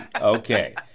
Okay